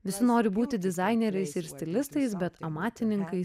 visi nori būti dizaineriais ir stilistais bet amatininkai